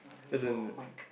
as in